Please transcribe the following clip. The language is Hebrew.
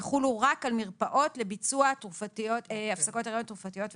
יחולו רק על מרפאות לביצוע הפסקות הריון תרופתיות וכירורגיות.